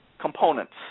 components